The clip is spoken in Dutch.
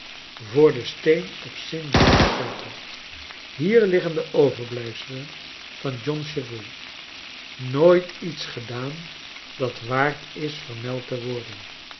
voor den steen op st g eorges kerkhof hier liggen de overblijfselen van john chivery nooit lets gedaan dat waard is vermeld te worden